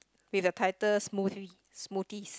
with the title smoothie smoothies